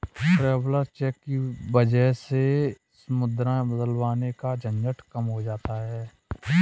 traveller cheque की वजह से मुद्राएं बदलवाने का झंझट कम हो जाता है